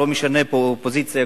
לא משנה פה אופוזיציה,